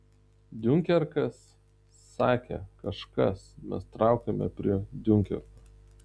diunkerkas sakė kažkas mes traukiame prie diunkerko